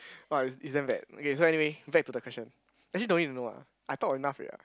!wah! is is damn bad okay so anyway back to the question actually don't need to know lah I talk enough already what